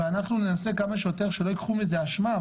ואנחנו ננסה כמה שיותר שלא ייקחו מזה אשמה,